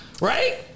Right